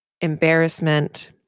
embarrassment